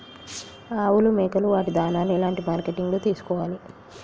ఆవులు మేకలు వాటి దాణాలు ఎలాంటి మార్కెటింగ్ లో తీసుకోవాలి?